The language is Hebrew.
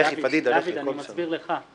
לבין מפלגת התנועה להתמודד ביחד בבחירות לכנסת ה-20,